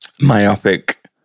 myopic